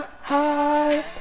high